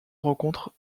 rencontres